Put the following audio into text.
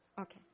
Okay